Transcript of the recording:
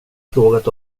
frågat